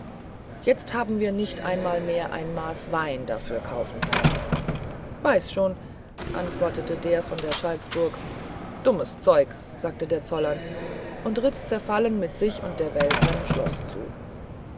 jetzt haben wir nicht einmal ein maß wein dafür kaufen können weiß schon antwortete der von der schalksburg dummes zeug sagte der zollern und ritt zerfallen mit sich und der welt seinem schloß zu